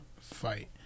fight